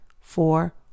four